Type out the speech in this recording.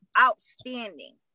outstanding